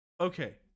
okay